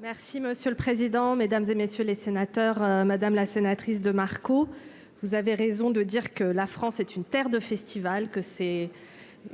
Merci monsieur le président, Mesdames et messieurs les sénateurs, madame la sénatrice de Marco, vous avez raison de dire que la France est une terre de festivals, que c'est